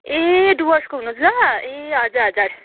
ए डुवर्सको हुनुहुन्छ ए हजुर हजुर